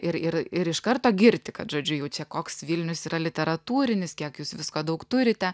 ir ir ir iš karto girti kad žodžiu jau čia koks vilnius yra literatūrinis kiek jūs visko daug turite